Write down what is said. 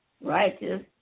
righteous